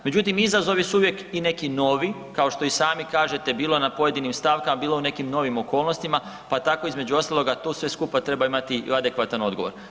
Međutim, izazovi su uvijek i neki novi, kao što i sami kažete, bilo je na pojedinim stavkama, bilo je u nekim novim okolnostima pa tako između ostaloga tu sve skupa treba imati i adekvatan odgovor.